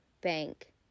Bank